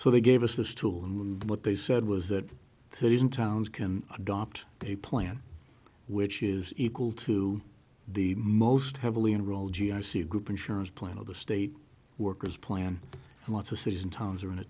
so they gave us this tool and what they said was that that is in towns can adopt a plan which is equal to the most heavily enroll g i c group insurance plan of the state workers plan and lots of cities and towns are in a